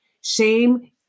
shame